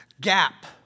gap